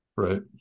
Right